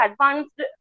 advanced